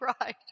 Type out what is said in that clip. right